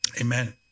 amen